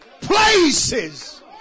places